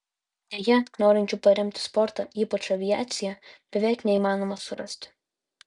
deja norinčių paremti sportą ypač aviaciją beveik neįmanoma surasti